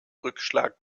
rückschlag